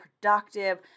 productive